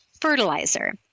fertilizer